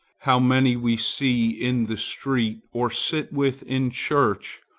how many we see in the street, or sit with in church,